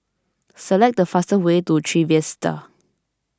select the fastest way to Trevista